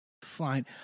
Fine